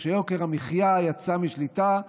כשיוקר המחיה יצא משליטה,